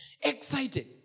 Excited